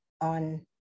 on